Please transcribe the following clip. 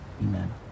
Amen